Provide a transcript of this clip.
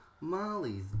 Molly's